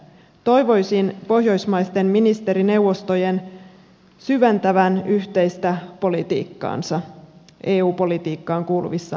toivoisin pohjoismaisten ministerineuvostojen syventävän yhteistä politiikkaansa eu politiikkaan kuuluvissa asioissa